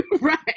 Right